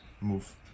move